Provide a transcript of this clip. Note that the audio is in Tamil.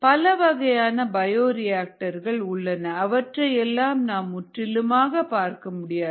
பலவகையான பயோரியாக்டர்கள் உள்ளன அவற்றை எல்லாம் நாம் முற்றிலுமாக பார்க்க முடியாது